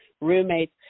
roommates